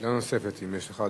שאלה נוספת, אם יש לך,